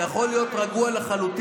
אתה יכול להיות רגוע לחלוטין.